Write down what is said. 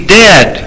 dead